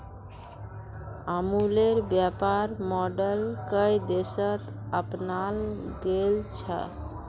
अमूलेर व्यापर मॉडल कई देशत अपनाल गेल छ